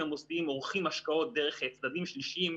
המוסדיים עורכים השקעות דרך צדדים שלישיים,